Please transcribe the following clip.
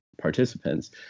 participants